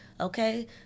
okay